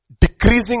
Decreasing